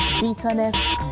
bitterness